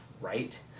right